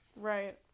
Right